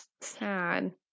Sad